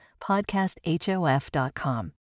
PodcastHOF.com